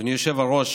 אדוני היושב-ראש,